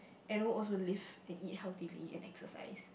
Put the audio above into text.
and know also live and eat healthily and exercise